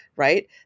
Right